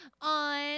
on